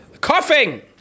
coughing